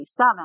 27